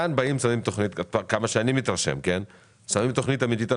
אני מתרשם שכאן באים ושמים על השולחן תכנית אמיתית,